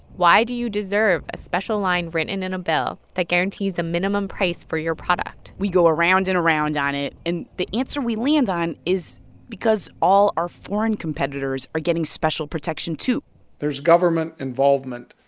why do you deserve a special line written in a bill that guarantees a minimum price for your product? we go around and around on it. and the answer we land on is because all our foreign competitors are getting special protection too there's government involvement